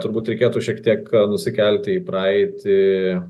turbūt reikėtų šiek tiek nusikelti į praeitį